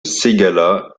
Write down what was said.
ségala